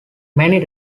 many